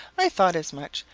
i thought as much.